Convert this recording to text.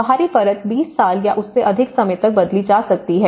बाहरी परत 20 साल या उससे अधिक समय तक बदली जा सकती हैं